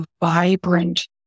vibrant